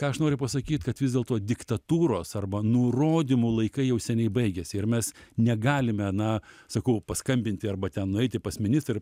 ką aš noriu pasakyt kad vis dėlto diktatūros arba nurodymų laikai jau seniai baigėsi ir mes negalime na sakau paskambinti arba ten nueiti pas ministrą ir